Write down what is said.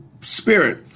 spirit